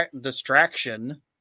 distraction